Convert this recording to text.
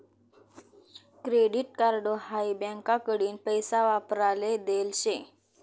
credit card हाई बँकाकडीन पैसा वापराले देल शे